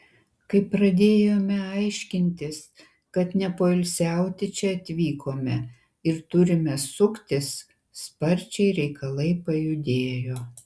kai pradėjome aiškintis kad nepoilsiauti čia atvykome ir turime suktis sparčiai reikalai pajudėjo